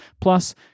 plus